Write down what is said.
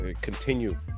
continue